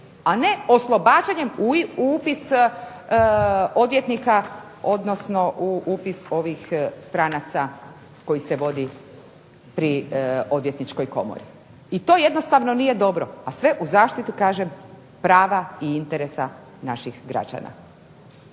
a ne oslobađanjem u upis odvjetnika odnosno u upis ovih stranaca koji se vodi pri Odvjetničkoj komori. I to jednostavno nije dobro, a sve u zaštitu kažem prava i interesa naših građana.